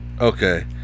Okay